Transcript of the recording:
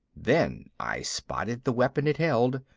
then i spotted the weapon it held,